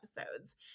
episodes